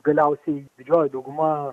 galiausiai didžioji dauguma